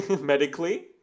medically